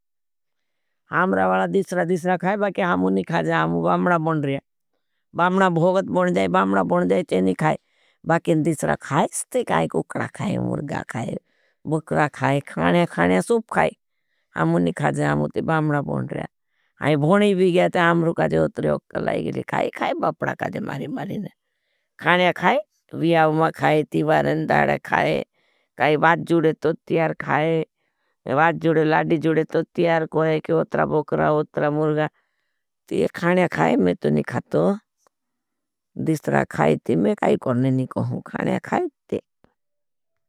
हाम्रा वाला दिशरा दिशरा खाए, बाकिया हमु नी खाजा, हमु बाम्णा बोन रहा। बाम्णा भोगत बोन जाए, बाम्णा बोन जाए, चे नी खाए। बाकिया दिशरा खाए, स्थे काई कुक्रा खाए, मुर्गा खाए, बुक्रा खाए, खाणया खाणया सूप खाए। हमु नी खाजा, हमु ती बाम्णा बोन रहा। आई भोनी भी गया थे, हमु काजे उतरे उतरे लाई गिली, खाई खाई, बापडा काजे मारी मारी ने। खाणया खाए, वियाव मा खाए, ती बारें दारे खाए, काई वाद जुड़े तो ती आर खाए, वाद जुड़े लाड़ी जुड़े तो ती आर कोहे, के उत्रा बुक्रा, उत्रा मुर्गा, ती खाणया खाए, मैं तो नी खातो, दिशरा खाए थी, मैं काई करने नी कह खाणया खाए थी।